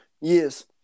Yes